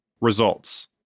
Results